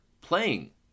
playing